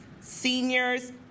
seniors